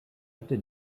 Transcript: hatte